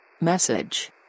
Message